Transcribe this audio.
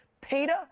Peter